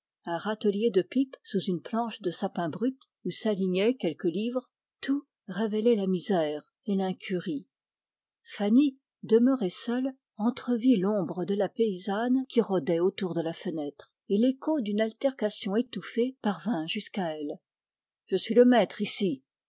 râtelier de pipes sous une plante de sapin brut où s'alignaient quelques livres tout révélait la misère et l'incurie fanny demeurée seule entrevit l'ombre de la paysanne qui rôdait autour de la fenêtre et l'écho d'une altercation étouffée parvint jusqu'à elle je suis le maître ici